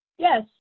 Yes